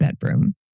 bedroom